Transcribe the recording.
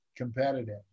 Competitive